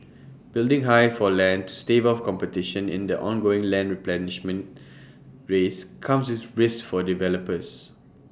bidding high for land to stave off competition in the ongoing land replenishment race comes with risks for developers